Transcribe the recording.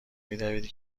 میدویدی